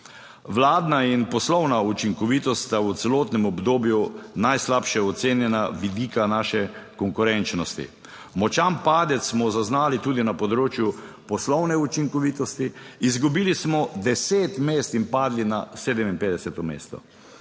Vladna in poslovna učinkovitost sta v celotnem obdobju najslabše ocenjena vidika naše konkurenčnosti. Močan padec smo zaznali tudi na področju poslovne učinkovitosti, izgubili smo deset mest in padli na 57. mesto.